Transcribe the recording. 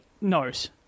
knows